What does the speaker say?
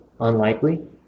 Unlikely